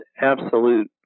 absolute